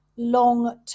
Long